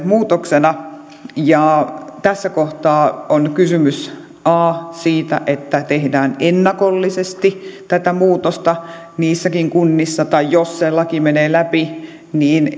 muutoksena tässä kohtaa on kysymys siitä että tehdään ennakollisesti tätä muutosta kunnissa tai jos se laki menee läpi niin